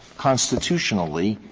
constitutionally,